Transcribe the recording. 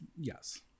Yes